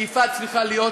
השאיפה צריכה להיות,